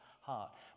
heart